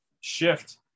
shift